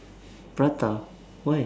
prata why